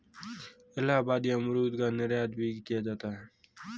इलाहाबादी अमरूद का निर्यात भी किया जाता है